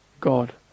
God